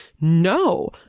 no